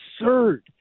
absurd